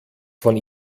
von